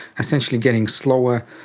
essentially getting slower,